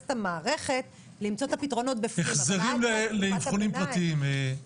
את המערכת למצוא את הפתרונות --- החזרים לאבחונים פרטיים,